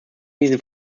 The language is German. diesen